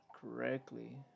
correctly